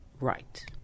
right